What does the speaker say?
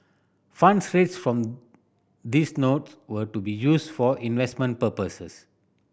funds raised from these notes were to be used for investment purposes